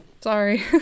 sorry